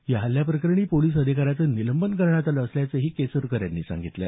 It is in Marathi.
या हल्ल्याप्रकरणी पोलीस अधिकाऱ्याचं निलंबन करण्यात आलं असल्याचंही केसरकर यांनी सांगितलं